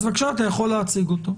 אז בבקשה, אתה יכול להציג אותו,